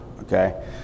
okay